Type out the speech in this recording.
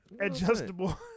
Adjustable